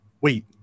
wait